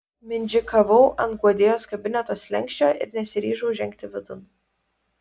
mindžikavau ant guodėjos kabineto slenksčio ir nesiryžau žengti vidun